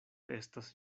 estas